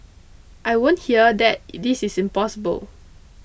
I won't hear that this is impossible